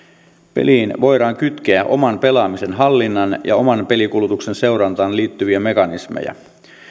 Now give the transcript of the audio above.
peliin voidaan kytkeä oman pelaamisen hallinnan ja oman pelikulutuksen seurantaan liittyviä mekanismeja